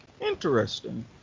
interesting